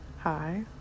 Hi